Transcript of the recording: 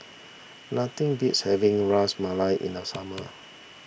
nothing beats having Ras Malai in the summer